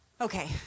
Okay